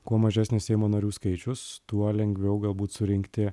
kuo mažesnis seimo narių skaičius tuo lengviau galbūt surinkti